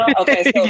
Okay